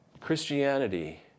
Christianity